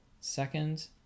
Second